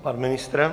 Pan ministr?